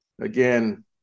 Again